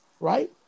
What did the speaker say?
Right